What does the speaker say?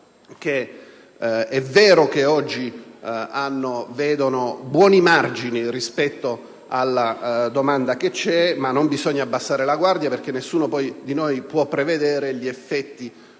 È vero che oggi vi sono buoni margini rispetto alla domanda esistente, ma non bisogna abbassare la guardia perché nessuno di noi può prevedere gli effetti